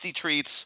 treats